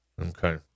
Okay